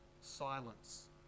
silence